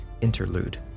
interlude